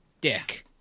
dick